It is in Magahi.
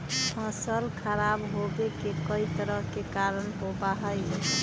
फसल खराब होवे के कई तरह के कारण होबा हई